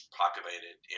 populated